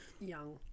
young